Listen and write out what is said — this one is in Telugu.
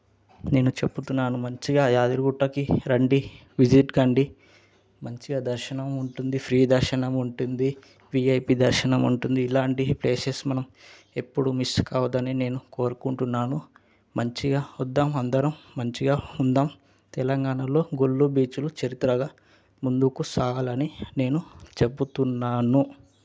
నేను చెబుతున్నాను మంచిగా యాదగిరిగుట్టకి రండి విజిట్ కండి మంచిగా దర్శనం ఉంటుంది ఫ్రీ దర్శనం ఉంటుంది వీఐపీ దర్శనం ఉంటుంది ఇలాంటి ప్లేసెస్ మనం ఎప్పుడు మిస్ కావద్దని నేను కోరుకుంటున్నాను మంచిగా వద్దాం అందరం మంచిగా ఉందాం తెలంగాణలో గుళ్ళు బీచ్లు చరిత్రగా ముందుకు సాగాలని నేను చెబుతున్నాను